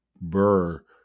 Burr